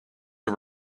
are